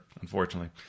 unfortunately